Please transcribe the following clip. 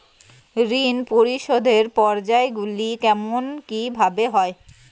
ঋণ পরিশোধের পর্যায়গুলি কেমন কিভাবে হয়?